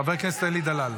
חבר הכנסת אלי דלל.